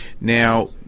Now